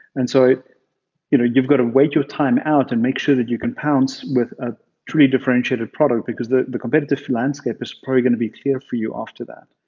and so you know you've got to wait your time out and make sure that you can pounce with a truly differentiated product, because the the competitive landscape is probably going to be clear for you after that.